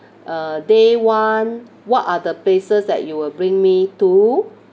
uh day one what are the places that you will bring me to